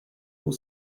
will